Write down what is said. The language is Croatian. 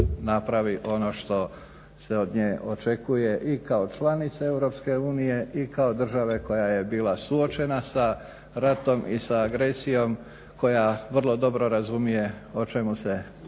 napravi ono što se od nje očekuje i kao članica EU i kao države koja je bila suočena sa ratom i sa agresijom, koja vrlo dobro razumije o čemu se